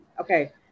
okay